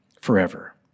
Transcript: forever